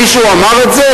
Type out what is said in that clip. מישהו אמר את זה?